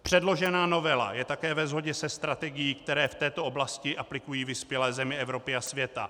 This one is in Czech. Předložená novela je také ve shodě se strategií, kterou v této oblasti aplikují vyspělé země Evropy a světa.